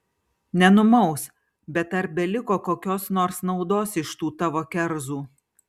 nenumaus bet ar beliko kokios nors naudos iš tų tavo kerzų